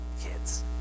kids